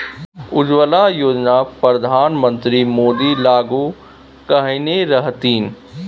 उज्जवला योजना परधान मन्त्री मोदी लागू कएने रहथिन